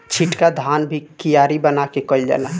छिटका धान भी कियारी बना के कईल जाला